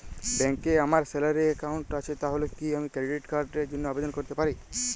ব্যাংকে আমার salary account আছে তাহলে কি আমি ক্রেডিট কার্ড র জন্য আবেদন করতে পারি?